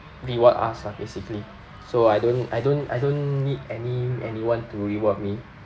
reward us lah basically so I don't I don't I don't need any anyone to reward me